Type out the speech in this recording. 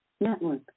Network